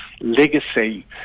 legacy